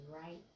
right